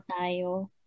tayo